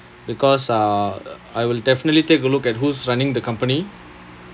because uh I will definitely take a look at who's running the company